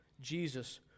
Jesus